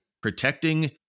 protecting